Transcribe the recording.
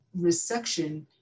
resection